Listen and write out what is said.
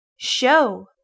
Show